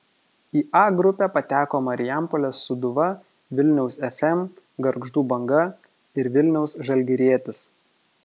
į a grupę pateko marijampolės sūduva vilniaus fm gargždų banga ir vilniaus žalgirietis